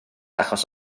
achos